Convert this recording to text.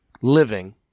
living